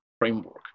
framework